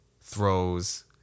throws